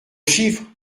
chiffres